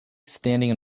standing